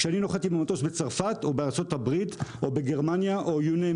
כשאני נוחת עם המטוס בצרפת או בארצות הברית או בגרמניה או בכל מקום,